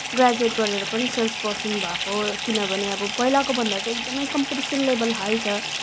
graduate गरेर पनि salesperson भएको किनभने अब पहिलाको भन्दा चाहिँ एकदमै कम्पिटिसन लेभेल हाई छ